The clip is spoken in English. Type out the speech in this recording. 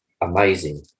amazing